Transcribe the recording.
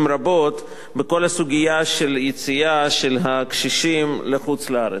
רבות בכל הסוגיה של יציאה של הקשישים לחוץ-לארץ.